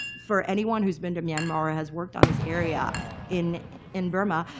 for anyone who's been to myanmar or has worked on this area in in burma,